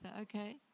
Okay